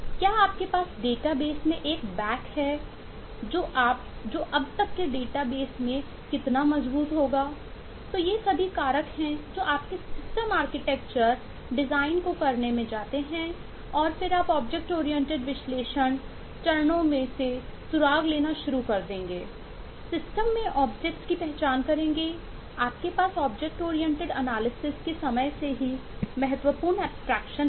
क्या आपके पास डेटा की संरचना है